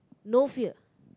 no fear